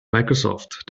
microsoft